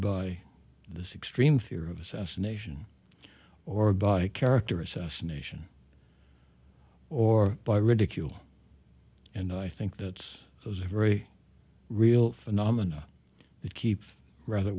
by this extreme fear of assassination or by character assassination or by ridicule and i think that's those are very real phenomena that keep rather